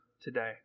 today